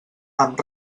amb